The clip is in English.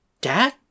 Dad